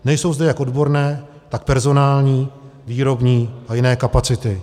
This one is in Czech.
Nejsou zde jak odborné, tak personální, výrobní a jiné kapacity.